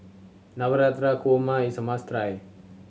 Navratan Korma is a must try